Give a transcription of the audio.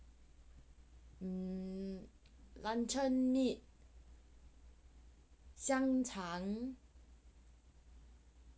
mm luncheon meat 香肠